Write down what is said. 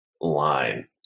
line